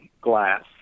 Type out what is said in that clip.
glass